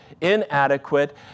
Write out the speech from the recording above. inadequate